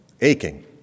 aching